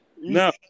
no